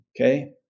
okay